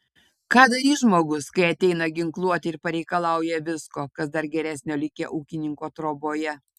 ką darys žmogus kai ateina ginkluoti ir pareikalauja visko kas dar geresnio likę ūkininko troboje